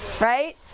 right